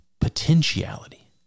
potentiality